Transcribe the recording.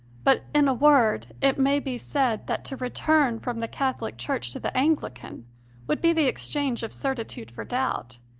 but, in a word, it may be said that to return from the catholic church to the anglican would be the exchange of certitude for doubt,